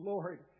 Lord